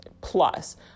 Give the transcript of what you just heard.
plus